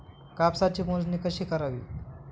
कापसाची मोजणी कशी करावी?